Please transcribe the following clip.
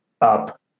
up